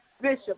Bishop